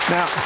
Now